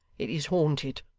it is haunted.